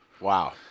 Wow